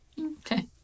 Okay